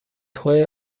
توئه